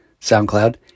SoundCloud